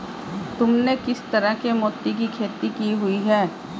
तुमने किस तरह के मोती की खेती की हुई है?